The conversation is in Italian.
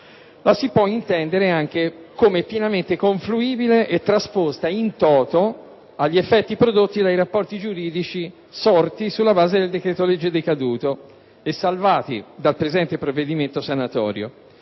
la si può intendere pienamente confluibile e trasposta *in toto* agli effetti prodotti dai rapporti giuridici sorti sulla base del decreto-legge decaduto e salvati dal presente provvedimento sanatorio.